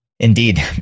Indeed